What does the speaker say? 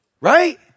Right